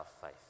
faith